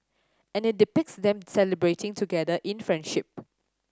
and it depicts them celebrating together in friendship